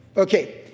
Okay